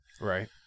Right